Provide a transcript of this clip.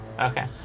Okay